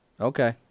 Okay